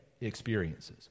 experiences